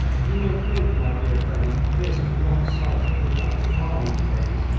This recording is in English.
you may think, my dear friends, that this was not a sight at which i could calmly gaze.